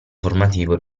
formativo